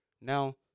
Now